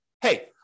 hey